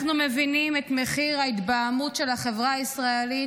אנחנו מבינים את מחיר ההתבהמות של החברה הישראלית,